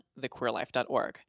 thequeerlife.org